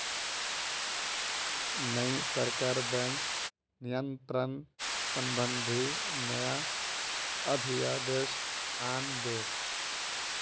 नई सरकार बैंक नियंत्रण संबंधी नया अध्यादेश आन बे